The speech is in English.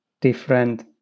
different